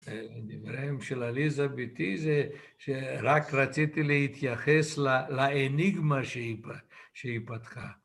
דברים של עליזה ביתי זה שרק רציתי להתייחס לאניגמה שהיא פתחה.